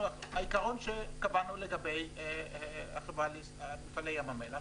העיקרון שקבענו לגבי מפעלי ים המלח